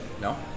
No